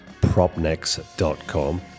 propnex.com